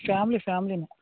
family ಫ್ಯಾಮ್ಲಿನೆ